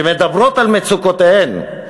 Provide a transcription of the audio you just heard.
שמדברות על מצוקותיהן,